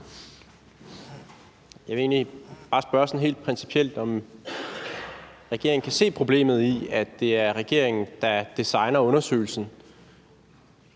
Jeg vil egentlig bare spørge sådan helt principielt, om regeringen kan se problemet i, at det er regeringen, der designer undersøgelsen